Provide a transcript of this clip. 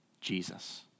Jesus